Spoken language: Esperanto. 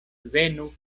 venu